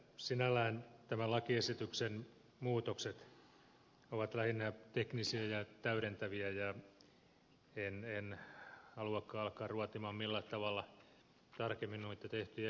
sinällään tämän lakiesityksen muutokset ovat lähinnä teknisiä ja täydentäviä enkä haluakaan alkaa millään tavalla ruotia tarkemmin noita tehtyjä esityksiä